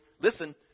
listen